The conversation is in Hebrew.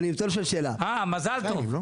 מזל טוב.